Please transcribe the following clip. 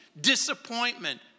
disappointment